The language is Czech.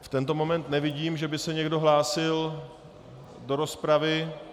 V tento moment nevidím, že by se někdo hlásil do rozpravy.